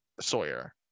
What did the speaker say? Sawyer